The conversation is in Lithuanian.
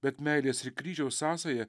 bet meilės ir kryžiaus sąsaja